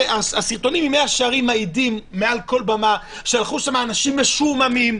הרי הסרטונים ממאה שערים מעידים מעל כל במה שהלכו שם אנשים משועממים,